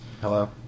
hello